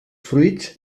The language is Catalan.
fruits